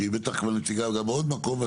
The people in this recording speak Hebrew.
שהיא בטח גם נציגה בעוד מקום.